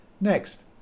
Next